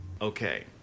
Okay